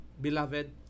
Beloved